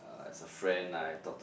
uh as a friend ah I talk to her